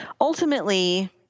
ultimately